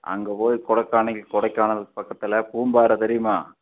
அங்கே போய் கொடைக்கானல் கொடைக்கானல்க்கு பக்கத்தில் பூம்பாறை தெரியுமா